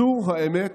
זו האמת